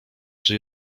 czy